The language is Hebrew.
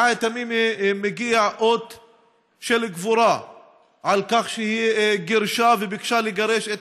לעהד תמימי מגיע אות של גבורה על כך שהיא גירשה וביקשה לגרש את